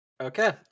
Okay